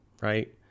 right